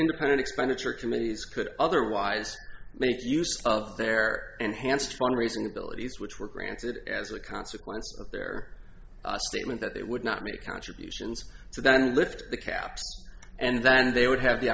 independent expenditure committees could otherwise make use of their enhanced fundraising abilities which were granted as a consequence of their statement that they would not make contributions so then lift the caps and then they would have the